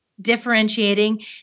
differentiating